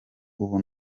ubu